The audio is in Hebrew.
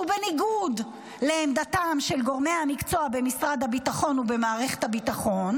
שהוא בניגוד לעמדתם של גורמי המקצוע במשרד הביטחון ובמערכת הביטחון,